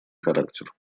характер